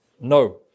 No